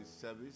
service